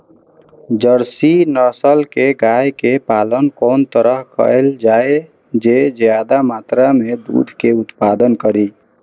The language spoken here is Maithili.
जर्सी नस्ल के गाय के पालन कोन तरह कायल जाय जे ज्यादा मात्रा में दूध के उत्पादन करी?